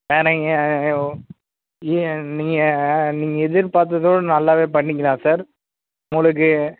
sir நீங்கள் இய நீங்கள் நீங்கள் எதிர்பார்த்ததோட நல்லாவே பண்ணிக்கலாம் சார் உங்களுக்கு